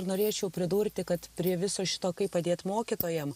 norėčiau pridurti kad prie viso šito kaip padėt mokytojam